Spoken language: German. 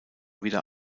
wieder